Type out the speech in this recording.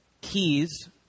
keys